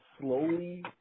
slowly